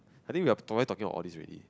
I think we are talking about all this already